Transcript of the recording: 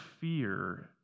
fear